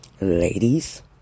Ladies